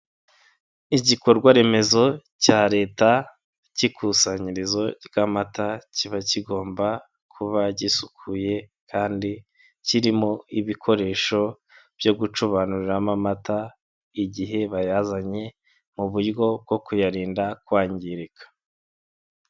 Igikorwa remezo cya leta cy'ikusanyirizo ry'amata, kiba kigomba kuba gisukuye kandi kirimo ibikoresho byo gucubanuramo amata igihe bayazanye, mu buryo bwo kuyarinda kwangirika.